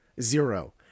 Zero